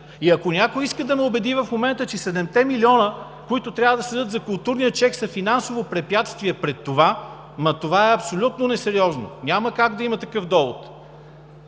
Ако някой искам да ме убеди в момента, че 7-те милиона, които трябва да седят за културния чек, са финансово препятствие пред това, ама това е абсолютно несериозно! Няма как да има такъв довод!